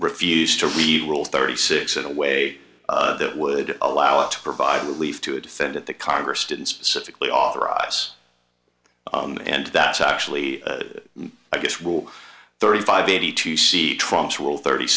refused to read rule thirty six in a way that would allow it to provide relief to a defendant the congress didn't specifically authorize and that's actually i guess will thirty five eighty two see trumps will thirty